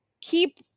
keep